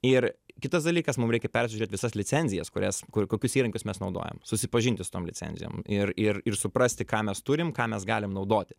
ir kitas dalykas mum reikia persižiūrėti visas licenzijas kurias kur kokius įrankius mes naudojam susipažinti su tom licenzijom ir ir ir suprasti ką mes turim ką mes galim naudoti